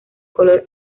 color